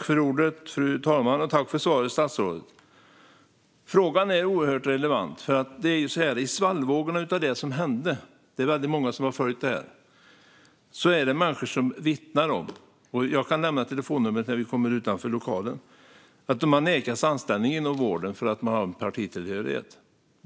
Fru talman! Tack för svaret, statsrådet! Frågan är oerhört relevant. I svallvågorna av det som hände är det väldigt många som har följt detta. Det är människor som vittnar om - jag kan lämna telefonnummer när vi kommer utanför lokalen - att de har nekats anställning inom vården för att de har en viss partitillhörighet.